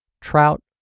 trout